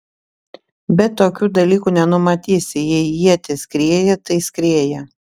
bet tokių dalykų nenumatysi jei ietis skrieja tai skrieja